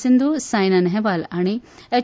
सिध्दू सायना नेहवाल आनी एच